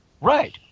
Right